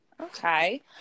Okay